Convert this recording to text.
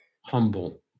humble